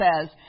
says